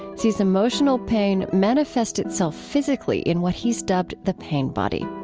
sees emotional pain manifest itself physically in what he's dubbed the pain body.